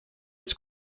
its